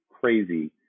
crazy